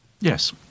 Yes